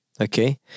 Okay